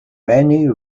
many